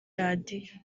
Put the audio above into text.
radiyo